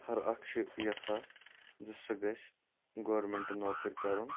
ہر اَکھ چھُ یَژھان زِ سُہ گَژھِ گورمنٹ نوکر کَرُن